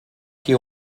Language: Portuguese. que